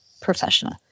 professional